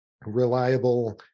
reliable